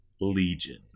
Legion